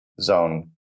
zone